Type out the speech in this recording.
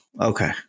okay